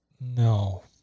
no